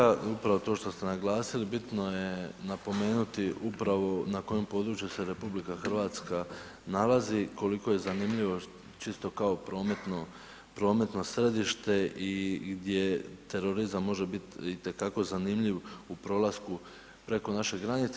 Hvala kolega, upravo to što ste naglasili, bitno je napomenuti upravo na kojem području se RH nalazi, koliko je zanimljivo čisto kao prometno središte i gdje terorizam može biti itekako zanimljiv u prolasku preko naše granice.